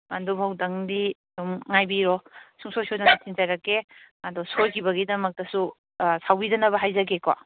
ꯑꯗꯨ ꯐꯥꯎꯕꯗꯪꯗꯤ ꯁꯨꯝ ꯉꯥꯏꯕꯤꯔꯣ ꯁꯨꯡꯁꯣꯏ ꯁꯣꯏꯗꯅ ꯊꯤꯟꯖꯔꯛꯀꯦ ꯑꯗꯣ ꯁꯣꯏꯈꯤꯕꯒꯤꯗꯃꯛꯇꯁꯨ ꯁꯥꯎꯕꯤꯗꯅꯕ ꯍꯥꯏꯖꯒꯦꯀꯣ